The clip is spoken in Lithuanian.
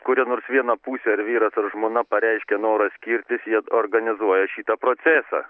kuri nors viena pusė ar vyras ar žmona pareiškė norą skirtis jie organizuoja šitą procesą